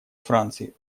франции